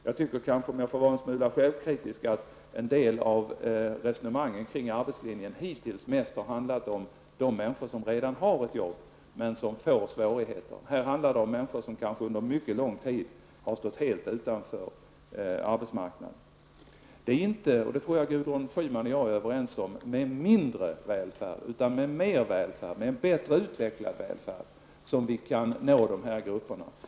Jag tycker kanske, om jag får vara en smula självkritisk, att en del av resonemangen kring arbetslinjen hittills mest har handlat om de människor som redan har ett arbete men som får svårigheter. Här handlar det om människor som kanske under mycket lång tid har stått helt utanför arbetsmarknaden. Det är inte, och det tror jag Gudryn Schyman och jag är överens om, med mindre välfärd utan med mer välfärd, med en bättre utvecklad välfärd, som vi kan nå de här grupperna.